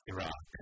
Iraq